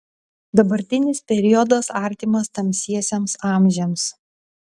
dabartinis periodas artimas tamsiesiems amžiams